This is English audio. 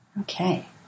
Okay